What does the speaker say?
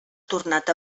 tornat